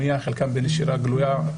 חלקם בנשירה גלויה,